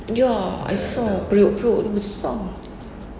ya I saw periuk-periuk dia besar